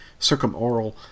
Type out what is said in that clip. circumoral